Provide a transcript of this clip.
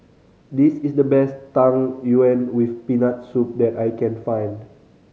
this is the best Tang Yuen with Peanut Soup that I can find